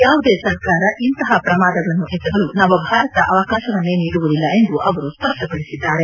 ಯಾವುದೇ ಸರ್ಕಾರ ಇಂತಹ ಪ್ರಮಾದಗಳನ್ನು ಎಸಗಲು ನವಭಾರತ ಅವಕಾಶವನ್ನೇ ನೀಡುವುದಿಲ್ಲ ಎಂದು ಅವರು ಸ್ಪಷ್ಟಪಡಿಸಿದ್ದಾರೆ